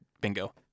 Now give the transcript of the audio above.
Bingo